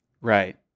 right